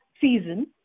season